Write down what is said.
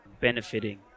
benefiting